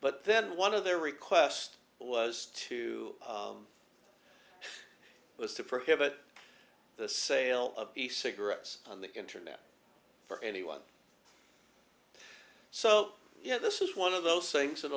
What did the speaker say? but then one of their request was to was to prohibit the sale of the cigarettes on the internet for anyone so yeah this is one of those things